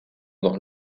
dans